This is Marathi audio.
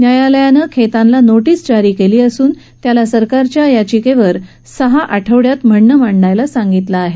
न्यायालयानं खेतानला नोटीस जारी केली असून त्याला सरकारच्या याचिकेवर सहा आठवड्यात म्हणणं मांडायला सांगितलं आहे